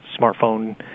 smartphone